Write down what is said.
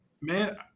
Man